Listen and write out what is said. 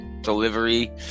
Delivery